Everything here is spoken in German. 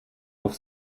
auf